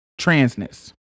transness